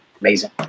amazing